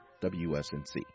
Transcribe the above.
WSNC